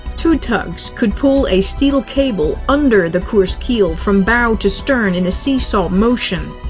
two tugs could pull a steel cable under the kursk's keel from bow to stern in a see-saw motion.